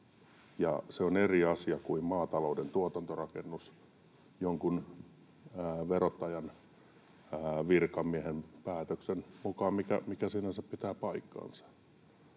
Se on eri asia kuin maatalouden tuotantorakennus, jonkun verottajan virkamiehen päätöksen mukaan, mikä sinänsä pitää paikkansa.